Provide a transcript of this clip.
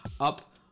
up